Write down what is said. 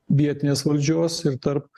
vietinės valdžios ir tarp